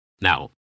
Now